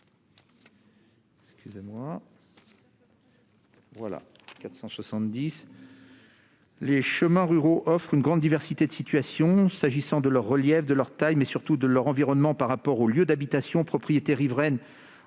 les chemins ruraux offrent une grande diversité de situations s'agissant de leur relief, de leur taille, mais surtout de leur environnement, par rapport aux lieux d'habitation, propriétés riveraines,